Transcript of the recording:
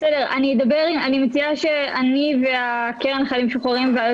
אני לא מבינה עד הסוף איזה אוכלוסייה אתם רוצים להחריג או חושבים שהיא